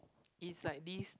it's like this